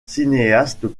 cinéastes